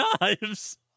knives